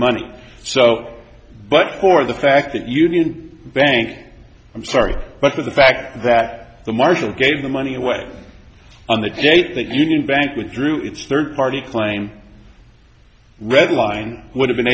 money so but for the fact that union bank i'm sorry but for the fact that the marshall gave the money away on the day that the union bank withdrew its third party claim readline would have been